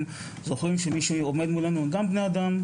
זוכרים שמי שעומד מולנו הם בני אדם.